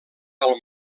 del